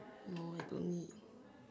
no I don't need